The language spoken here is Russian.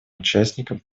участникам